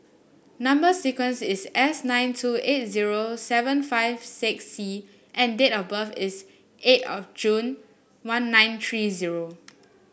number sequence is S nine two eight zero seven five six C and date of birth is eight of June one nine three zero